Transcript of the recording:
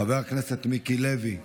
חבר הכנסת מיקי לוי,